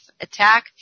attack